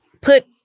put